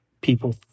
people